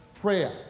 prayer